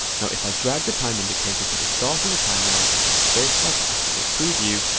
now if i drag the time indicator to the start of the timeline and press space bar to activate preview,